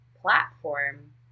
platform